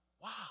wow